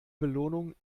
belohnung